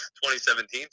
2017